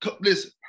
Listen